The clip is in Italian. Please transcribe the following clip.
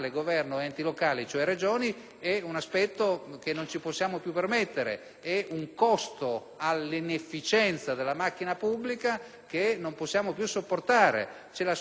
un aspetto che non ci possiamo più permettere; è un costo dell'inefficienza della macchina pubblica che non possiamo più sopportare. C'è pertanto l'assoluta necessità di rivedere